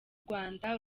rwanda